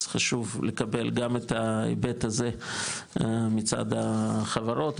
אז חשוב לקבל גם את ההיבט הזה מצד החברות.